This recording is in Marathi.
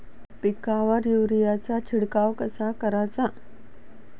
पिकावर युरीया चा शिडकाव कसा कराचा?